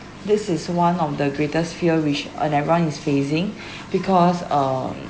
this is one of the greatest fear which on everyone is facing because um